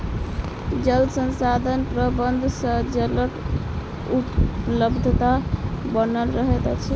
जल संसाधन प्रबंधन सँ जलक उपलब्धता बनल रहैत अछि